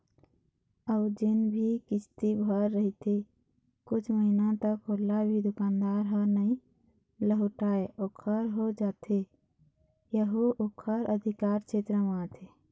अउ जेन भी किस्ती भर रहिथे कुछ महिना तक ओला भी दुकानदार ह नइ लहुटाय ओखर हो जाथे यहू ओखर अधिकार छेत्र म आथे